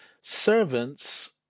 servants